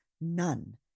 none